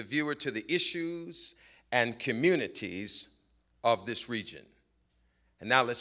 the viewer to the issues and communities of this region and now